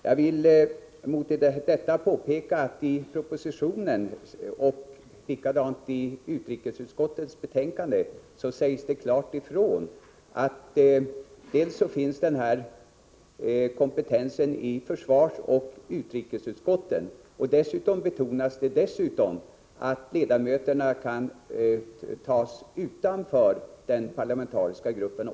Jag vill då påpeka att det i propositionen och i utrikesutskottets betänkande sägs klart ifrån att den här kompetensen finns i försvarsoch utrikesutskotten. Dessutom betonas det att ledamöterna kan väljas också bland personer utanför den parlamentariska gruppen.